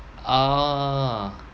a'ah